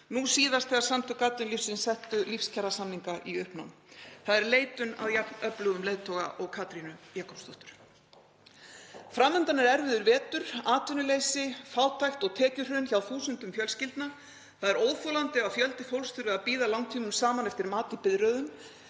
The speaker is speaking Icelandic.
Nú síðast þegar Samtök atvinnulífsins settu lífskjarasamninga í uppnám. Það er leitun að jafn öflugum leiðtoga og Katrínu Jakobsdóttur. Fram undan er erfiður vetur, atvinnuleysi, fátækt og tekjuhrun hjá þúsundum fjölskyldna. Það er óþolandi að fjöldi fólks þurfi að bíða langtímum saman eftir mat í biðröðum.